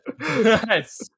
Yes